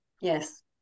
Yes